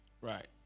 Right